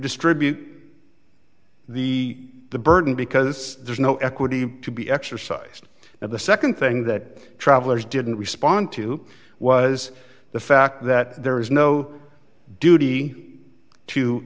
distribute the burden because there's no equity to be exercised now the nd thing that travelers didn't respond to was the fact that there is no duty to